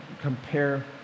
compare